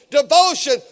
devotion